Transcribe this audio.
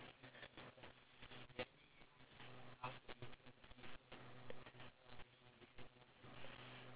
but singapore [one] is like one chunk banana they just fry it and then after that like the ratio of the cheese